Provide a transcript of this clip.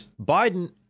Biden